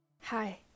Hi